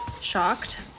shocked